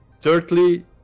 thirdly